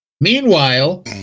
Meanwhile